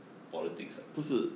politics ah